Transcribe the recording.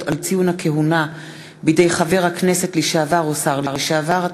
על ציון הכהונה בידי חבר הכנסת לשעבר או שר לשעבר),